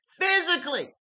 Physically